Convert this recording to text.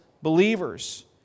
believers